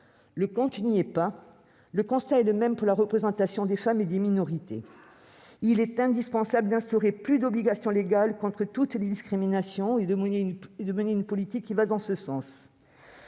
Le compte n'y est pas ! Le constat est le même pour la représentation des femmes et des minorités. Il est indispensable d'instaurer plus d'obligations légales contre toutes les discriminations et de mener une politique qui va dans ce sens.